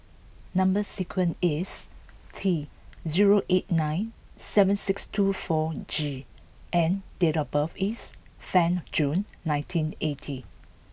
number sequence is T zero eight nine seven six two four G and date of birth is ten June nineteen eighty